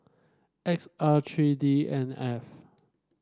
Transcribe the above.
X R three D N F